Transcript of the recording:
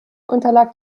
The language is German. unterlag